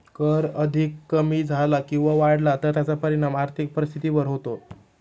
कर अधिक कमी झाला किंवा वाढला तर त्याचा परिणाम आर्थिक परिस्थितीवर होतो